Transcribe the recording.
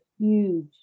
huge